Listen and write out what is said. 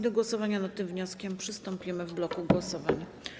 Do głosowania nad tym wnioskiem przystąpimy w bloku głosowań.